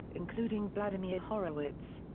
including vladimir horowitz.